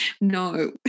No